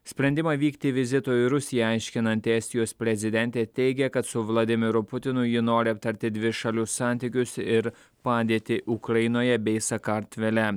sprendimą vykti vizito į rusiją aiškinanti estijos prezidentė teigia kad su vladimiru putinu ji nori aptarti dvišalius santykius ir padėtį ukrainoje bei sakartvele